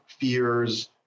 fears